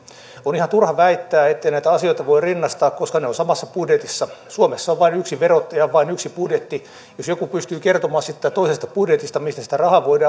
on ihan turha väittää ettei näitä asioita voi rinnastaa koska ne ovat samassa budjetissa suomessa on vain yksi verottaja on vain yksi budjetti jos joku pystyy kertomaan siitä toisesta budjetista mistä sitä rahaa